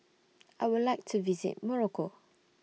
I Would like to visit Morocco